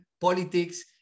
politics